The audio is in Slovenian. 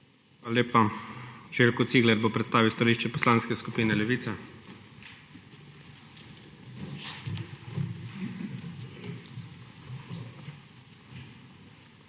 lepa. Željko Cigler bo predstavil stališče Poslanske skupine Levica.